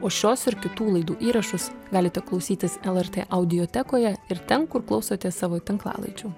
o šios ir kitų laidų įrašus galite klausytis lrt audiotekoje ir ten kur klausote savo tinklalaidžių